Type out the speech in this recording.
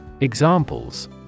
Examples